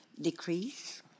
decrease